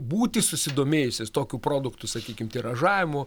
būti susidomėjusiais tokių produktų sakykim tiražavimu